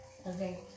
Okay